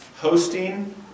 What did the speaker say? hosting